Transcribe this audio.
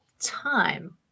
time